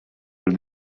del